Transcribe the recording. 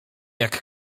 jak